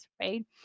right